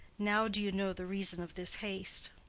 now do you know the reason of this haste.